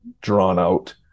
drawn-out